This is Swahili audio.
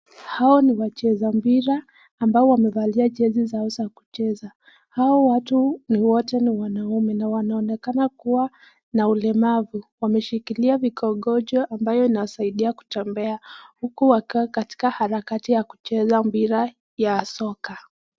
Hao ni wacheza mpira ambao wamevali jezi zao za kucheza hao watu ni wote ni wanaume na wanaonekana kuwa na ulemavu, wameshikilia vikongojo ambao wanawasaidia kutembea, hukuwakiwa katika harakati ya kucheza mpira wa soka.